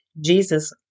Jesus